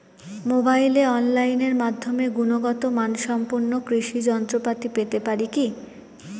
মোবাইলে অনলাইনের মাধ্যমে গুণগত মানসম্পন্ন কৃষি যন্ত্রপাতি পেতে পারি কি?